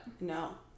No